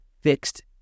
fixed